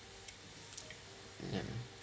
yeah